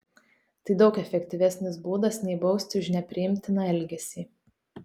tai daug efektyvesnis būdas nei bausti už nepriimtiną elgesį